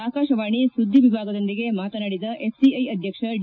ಆಕಾಶವಾಣಿ ಸುದ್ದಿ ವಿಭಾಗದೊಂದಿಗೆ ಮಾತನಾಡಿದ ಎಫ್ಸಿಐ ಅಧ್ಯಕ್ಷ ಡಿ